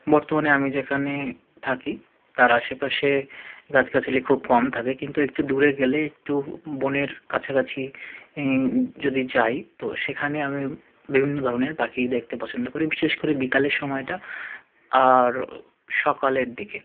বর্তমানে আমি যেখানে থাকি তার আশেপাশে গাছগাছালি খুব কম থাকে কিন্তু একটু দূরে গেলে একটু বনের কাছাকাছি যদি যাই তো সেখানে আমি বিভিন্ন ধরনের পাখি দেখতে পছন্দ করি বিশেষ করে বিকালের সময়টা আর সকালের দিকে